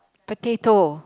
potato